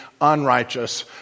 unrighteous